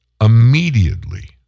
immediately